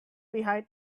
behind